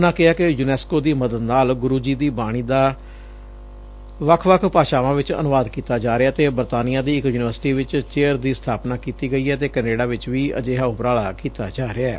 ਉਨ੍ਹਾਂ ਕਿਹਾ ਕਿ ਯੂਨੈਸਕੋ ਦੀ ਮਦਦ ਨਾਲ ਗੁਰੂ ਜੀ ਦੀ ਬਾਣੀ ਦਾ ਵੱਖ ਵੱਖ ਭਾਸ਼ਾਵਾਂ ਚ ਅਨੁਵਾਦ ਕੀਤਾ ਜਾ ਰਿਹੈ ਤੇ ਬਰਤਾਨੀਆਂ ਦੀ ਇਕ ਯੁਨੀਵਰਸਿਟੀ ਵਿਚ ਚੇਅਰ ਦੀ ਸਬਾਪਨਾ ਕੀਤੀ ਗਈ ਐ ਤੇ ਕੈਨੇਡਾ ਵਿਚ ਵੀ ਅਜਿਹਾ ਉਪਰਾਲਾ ਕੀਤਾ ਜਾ ਰਿਹੈ